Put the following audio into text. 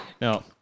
no